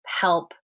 help